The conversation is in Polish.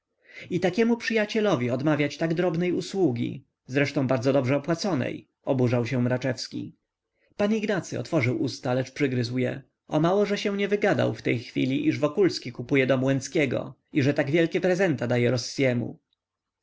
i takiemu przyjacielowi odmawiać tak drobnej usługi zresztą bardzo dobrze opłaconej oburzał się mraczewski pan ignacy otworzył usta lecz przygryzł je o mało że się nie wygadał w tej chwili iż wokulski kupuje dom łęckiego i że tak wielkie prezenta daje rossiemu